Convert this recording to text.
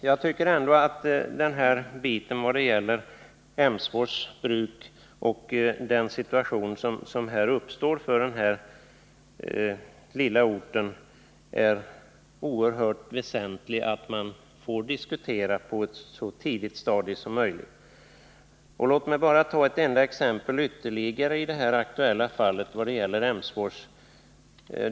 Jag tycker ändå att i vad gäller Emsfors bruk och situationen som nu uppstår för denna lilla ort är det oerhört viktigt att man får diskutera på så tidigt stadium som möjligt. Låt mig bara ta ytterligare ett exempel i det aktuella fallet beträffande Emsfors.